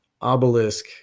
obelisk